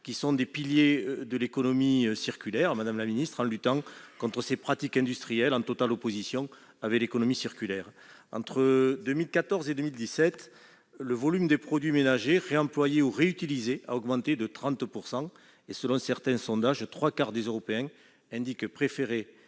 qui sont des piliers de l'économie circulaire, en luttant contre des pratiques industrielles totalement opposées à l'économie circulaire. Entre 2014 et 2017, le volume des produits ménagers réemployés ou réutilisés a augmenté de 30 %. Selon certains sondages, les trois quarts des Européens préfèrent réparer